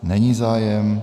Není zájem.